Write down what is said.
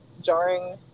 jarring